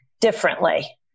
differently